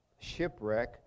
shipwreck